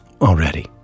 already